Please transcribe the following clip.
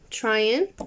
trying